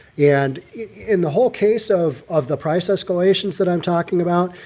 and in the whole case of of the price escalations that i'm talking about,